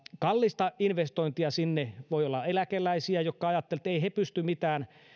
kallista investointia sinne voi olla eläkeläisiä jotka ajattelevat että eivät he pysty mitään